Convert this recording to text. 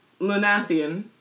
lunathian